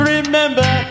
Remember